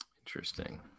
Interesting